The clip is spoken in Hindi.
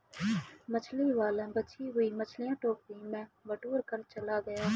मछली वाला बची हुई मछलियां टोकरी में बटोरकर चला गया